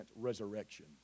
resurrection